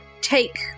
take